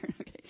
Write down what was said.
Okay